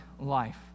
life